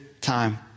time